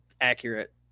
accurate